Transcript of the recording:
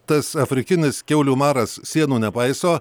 tas afrikinis kiaulių maras sienų nepaiso